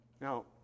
Now